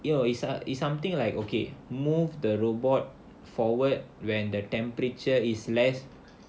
yo it's it's something like okay move the robot forward when the temperature is less